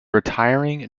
retiring